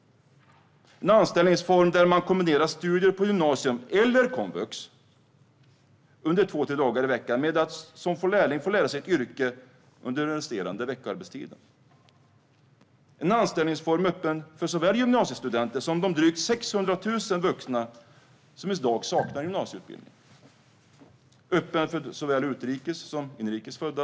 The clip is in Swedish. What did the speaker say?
Det är alltså en anställningsform där man kombinerar studier på gymnasium eller komvux under två tre dagar i veckan med att som lärling få lära sig ett yrke under den resterande veckoarbetstiden. Det är en anställningsform som ska vara öppen för såväl gymnasiestudenter som för de drygt 600 000 vuxna som i dag saknar gymnasieutbildning. Den ska vara öppen för såväl utrikes som inrikes födda.